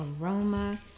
aroma